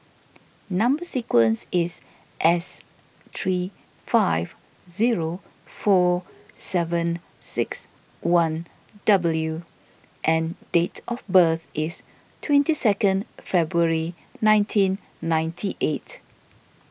Number Sequence is S three five zero four seven six one W and date of birth is twenty second February nineteen ninety eight